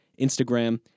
Instagram